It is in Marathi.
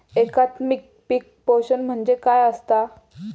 एकात्मिक पीक पोषण म्हणजे काय असतां?